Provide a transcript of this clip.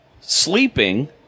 sleeping